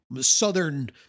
Southern